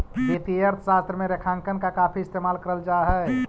वित्तीय अर्थशास्त्र में रेखांकन का काफी इस्तेमाल करल जा हई